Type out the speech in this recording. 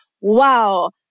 wow